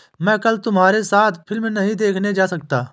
मैं कल तुम्हारे साथ फिल्म नहीं देखने जा सकता